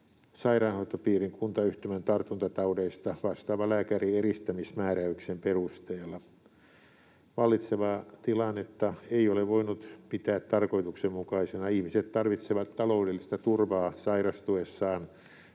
sairaanhoitopiirin kuntayhtymän tartuntataudeista vastaava lääkäri eristämismääräyksen perusteella. Vallitsevaa tilannetta ei ole voinut pitää tarkoituksenmukaisena. Ihmiset tarvitsevat taloudellista turvaa sairastuessaan,